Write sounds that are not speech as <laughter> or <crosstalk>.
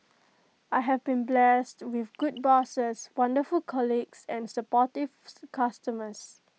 I have been blessed with good bosses wonderful colleagues and supportive <noise> customers